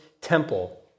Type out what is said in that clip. temple